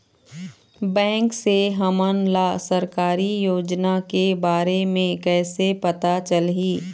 Bank से हमन ला सरकारी योजना के बारे मे कैसे पता चलही?